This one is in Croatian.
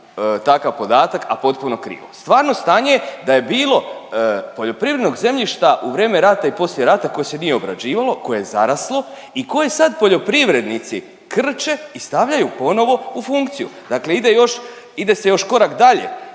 takav podatak, a potpuno krivo. Stvarno stanje da je bilo poljoprivrednog zemljišta u vreme rata i poslije rata koje se nije obrađivalo, koje je zaraslo i koje sad poljoprivrednici krče i stavljaju ponovo u funkciju. Dakle, ide još ide se još korak dalje